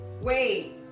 Wait